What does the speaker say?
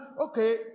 okay